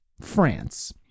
France